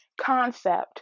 concept